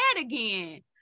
again